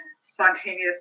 spontaneous